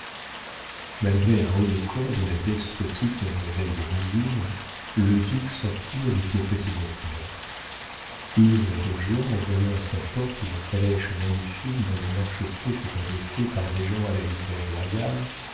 malgré un haut-le-corps de la despotique mademoiselle d'hérouville le duc sortit avec le petit notaire ivre de joie en voyant à sa porte une calèche magnifique dont le marchepied fut abaissé par des gens à la livrée royale